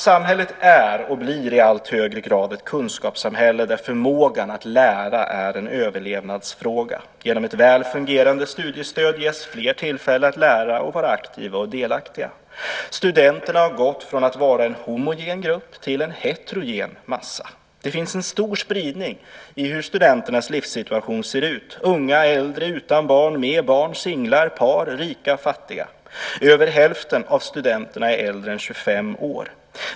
Samhället är och blir i allt högre grad ett kunskapssamhälle där förmågan att lära är en överlevnadsfråga. Genom ett väl fungerande studiestöd ges fler tillfälle att lära, vara aktiva och delaktiga. Studenterna har övergått från att vara en homogen grupp till en heterogen massa. Det finns en stor spridning i hur studenternas livssituation ser ut: unga, äldre, utan barn, med barn, singlar, par, rika, fattiga. Över hälften av studenterna är äldre än 25 år.